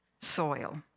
soil